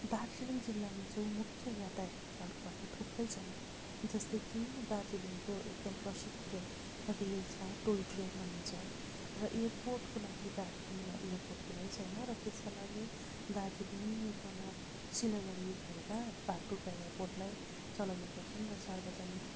दार्जिलिङ जिल्लामा चाहिँ मुख्य यातायातका विकल्पहरू थुप्रै छन् जस्तै कि दार्जिलिङको एकदम प्रसिद्ध रेल छ टोई ट्रेन भनिन्छ र एयरपोर्टको लागि दार्जिलिङमा एयरपोर्ट कुनै छैन र त्यसको लागि दार्जिलिङ तल सिलगढी झरेर बागडोग्रा एयरपोर्ट नै चलाउने गर्छन् र सार्वजनिक